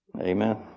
Amen